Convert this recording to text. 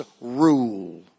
rule